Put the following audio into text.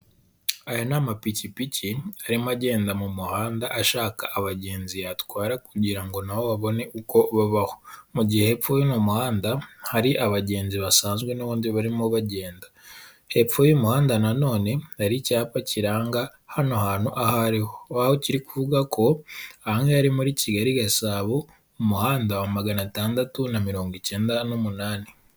Aya ni amapikipiki arimo agenda mu muhanda ashaka abagenzi yatwara kugira nabo babone uko babaho. Mu gihe hepfo yo mu muhanda, hari abagenzi basanzwe n'ubundi barimo bagenda, hepfo y'umuhanda nanone hari icyapa kiranga hano hantu aha ariho. Aho kiri kuvuga ko ahano ari muri Kigali i Gasabo mu mu muhanda wa magana atandatu na mirongwikenda n'umunani.